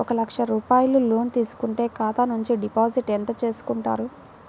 ఒక లక్ష రూపాయలు లోన్ తీసుకుంటే ఖాతా నుండి డిపాజిట్ ఎంత చేసుకుంటారు?